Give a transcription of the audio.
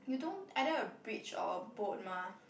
you don't either a bridge or a boat mah